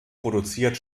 produziert